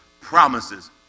promises